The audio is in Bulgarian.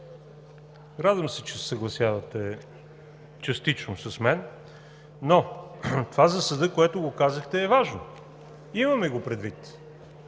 радвам се, че се съгласявате частично с мен, но това за съда, което казахте, е важно, имаме го предвид,